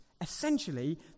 essentially